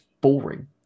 boring